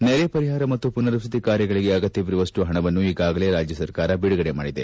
ನೆರೆ ಪರಿಹಾರ ಮತ್ತು ಮನರ್ವಸತಿ ಕಾರ್ಯಗಳಿಗೆ ಅಗತ್ಯವಿರುವ ಪಣವನ್ನು ಈಗಾಗಲೇ ರಾಜ್ಯಸರ್ಕಾರ ಬಿಡುಗಡೆ ಮಾಡಿದೆ